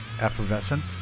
effervescent